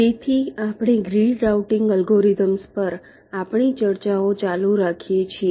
તેથી આપણે grid routing algorithms પર આપણી ચર્ચાઓ ચાલુ રાખીએ છીએ